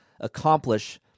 accomplish